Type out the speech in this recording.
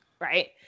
Right